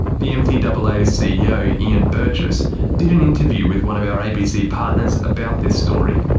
the mtaa's but like ceo ian burgess did an interview with one of our abc partners about this story.